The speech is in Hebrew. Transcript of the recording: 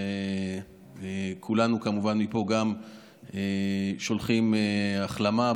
וכולנו כמובן מפה שולחים החלמה,